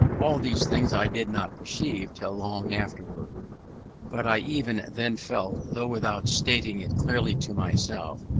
all these things i did not perceive till long afterwards but i even then felt, though without stating it clearly to myself,